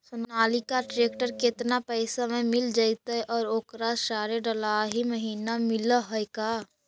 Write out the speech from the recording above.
Sonalika tractor केतना पैसा में मिल जइतै और ओकरा सारे डलाहि महिना मिलअ है का?